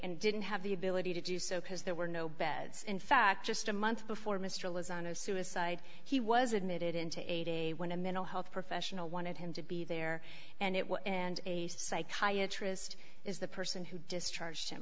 and didn't have the ability to do so because there were no beds in fact just a month before mistral is on a suicide he was admitted into a day when a mental health professional wanted him to be there and it was and a psychiatry wrist is the person who discharged him